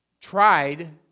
tried